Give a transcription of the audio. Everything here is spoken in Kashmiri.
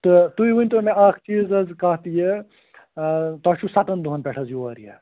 تہٕ تُہۍ ؤنۍ تو مےٚ اکھ چیٖز حظ کتھ یہِ ٲں تۄہہِ چھُو ستن دۄہن پٮ۪ٹھ حظ یور یہِ